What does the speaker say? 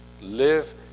live